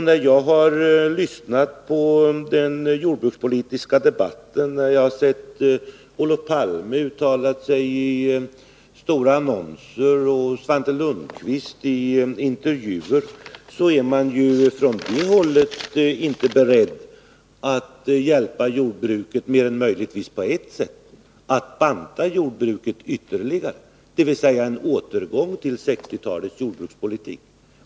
När jag lyssnat på den jordbrukspolitiska debatten — sett Olof Palme uttala sig i stora annonser och hört Svante Lundkvist i intervjuer — kan jag konstatera att man från det hållet inte är beredd att hjälpa jordbruket mer än möjligtvis på ett sätt: att banta jordbruket ytterligare, vilket innebär en återgång till 1960-talets jordbrukspolitik.